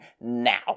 now